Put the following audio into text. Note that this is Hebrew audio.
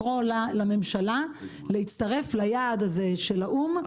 פשוט לקרוא לממשלה להצטרף ליעד הזה של האום,